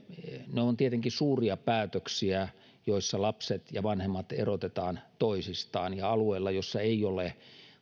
ne ovat tietenkin suuria päätöksiä ne joissa lapset ja vanhemmat erotetaan toisistaan ja alueella jossa ei ole